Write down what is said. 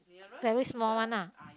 there is small one ah